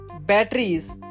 batteries